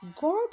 God